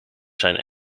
zijn